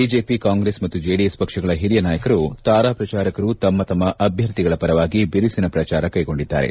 BJP Congress ಮತ್ತು JDS ಪಕ್ಷಗಳ ಹಿರಿಯ ನಾಯಕರು ತಾರ ಪ್ರಚಾರಕರು ತಮ್ಮ ಅಭ್ಯರ್ಥಿಗಳ ಪರವಾಗಿ ಬಿರುಸಿನ ಪ್ರಚಾರ ಕೈಗೊಂಡಿದ್ದಾರೆ